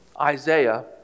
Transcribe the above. Isaiah